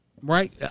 right